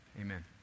Amen